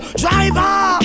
driver